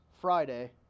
Friday